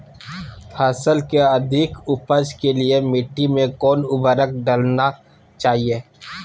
फसल के अधिक उपज के लिए मिट्टी मे कौन उर्वरक डलना चाइए?